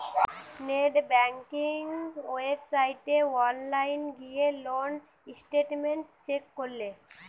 net banking ওয়েবসাইটে online গিলে loan statement check করলে